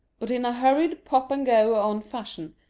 but in a hurried pop-and-go-one fashion,